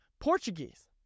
Portuguese